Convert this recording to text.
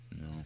no